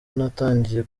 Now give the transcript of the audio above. natangiye